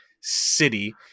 city